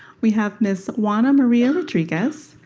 we have miss juana maria rodriguez,